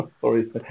Sorry